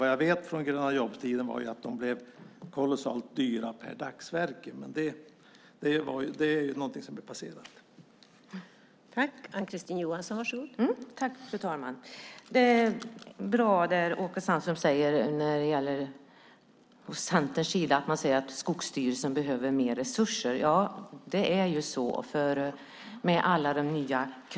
Vad jag vet från tiden med de gröna jobben är att de blev kolossalt dyra per dagsverke, men det är något som är passerat nu.